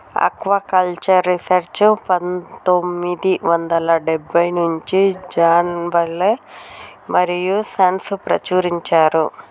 aquaculture research పందొమ్మిది వందల డెబ్బై నుంచి జాన్ విలే మరియూ సన్స్ ప్రచురించారు